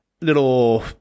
little